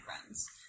friends